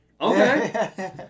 Okay